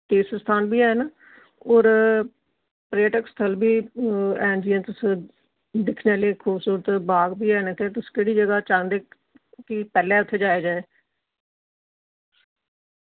तीर्थ स्थान वी हैन और पर्यटक स्थल वी हैन जि'यां तुस दिक्खने आह्ले खूबसूरत बाग वी हैन इत्थै तुस केह्ड़ी जगह चाहंदे कि पह्ले उत्थै जाया जाए